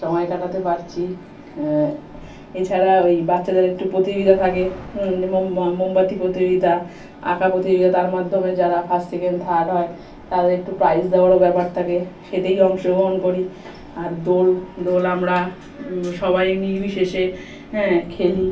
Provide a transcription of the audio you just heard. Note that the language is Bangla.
সময় কাটাতে পারছি এছাড়া ওই বাচ্চাদের একটু প্রতিযোগিতা থাকে হুম মোমবাতি প্রতিযোগিতা আঁকা প্রতিযোগিতা তার মাধ্যমে যারা ফার্স্ট সেকেন্ড থার্ড হয় তাদের একটু প্রাইজ দেওয়ারও ব্যাপার থাকে সেটায় অংশগ্রহণ করি আর দোল দোল আমরা সবাই নির্বিশেষে হ্যাঁ খেলি